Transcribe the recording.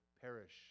perish